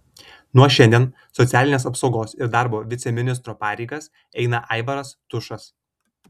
nuo šiandien socialinės apsaugos ir darbo viceministro pareigas eina aivaras tušas